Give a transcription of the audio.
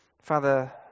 Father